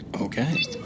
Okay